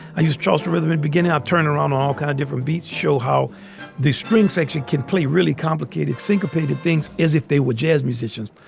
i use charleston rhythm in beginning. i turn around all kind of different beats. show how the string section can play really complicated syncopated things as if they were jazz musicians.